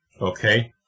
Okay